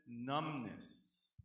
numbness